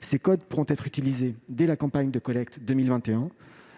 Ces codes pourront être utilisés dès la campagne de collecte 2021. Par ailleurs,